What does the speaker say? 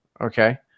Okay